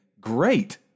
great